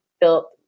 built